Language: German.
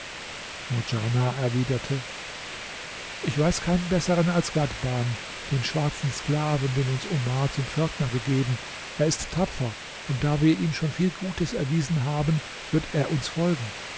erwiderte ich weiß keinen besseren als ghadhban den schwarzen sklaven den uns omar zum pförtner gegeben er ist tapfer und da wir ihm schon viel gutes erwiesen haben wird er uns folgen